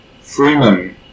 Freeman